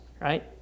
right